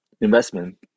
investment